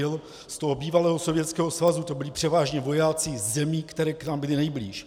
Z bývalého Sovětského svazu to byli převážně vojáci ze zemí, které k nám byly nejblíž.